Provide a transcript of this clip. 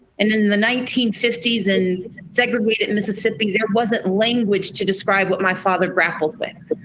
and in the nineteen fifty s in segregated and mississippi, there wasn't language to describe what my father grappled with.